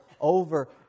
over